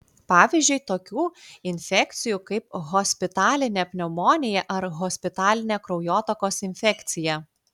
pavyzdžiui tokių infekcijų kaip hospitalinė pneumonija ar hospitalinė kraujotakos infekcija